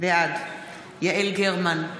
בעד יעל גרמן,